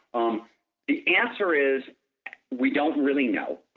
um the answer is we don't really know.